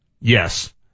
Yes